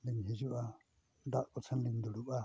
ᱞᱤᱧ ᱦᱤᱡᱩᱜᱼᱟ ᱫᱟᱜ ᱠᱚᱥᱮ ᱞᱤᱧ ᱫᱩᱲᱩᱵᱟ